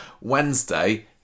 Wednesday